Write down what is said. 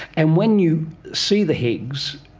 and when you see the higgs,